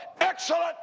excellent